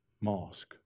mosque